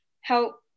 help